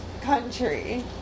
country